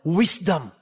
wisdom